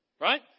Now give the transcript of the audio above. Right